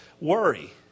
worry